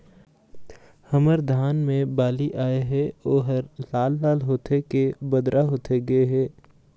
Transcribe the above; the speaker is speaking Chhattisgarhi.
हमर धान मे बाली आए हे ओहर लाल लाल होथे के बदरा होथे गे हे?